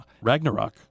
Ragnarok